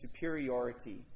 superiority